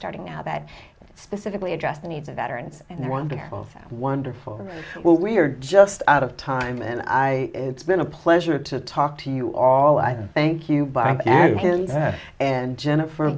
starting out that specifically address the needs of veterans and their wonderful wonderful and we are just out of time and i it's been a pleasure to talk to you all i thank you and jennifer